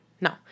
No